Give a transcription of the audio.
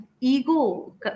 ego